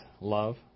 love